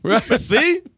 See